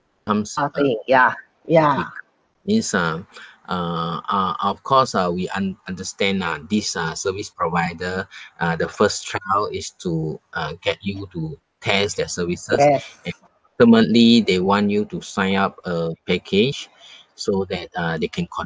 um means uh uh uh of course uh we un~ understand ah these ah service provider uh the first trial is to uh get you to test their services and ultimately they want you to sign up a package so that uh they can continue